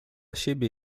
siebie